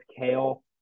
Kale